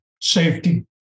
safety